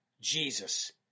Jesus